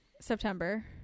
September